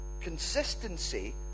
consistency